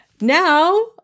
Now